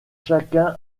chacun